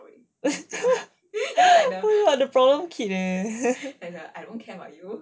you are the problem kid eh